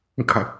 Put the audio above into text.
Okay